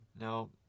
Now